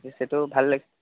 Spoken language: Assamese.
সেইটো ভালে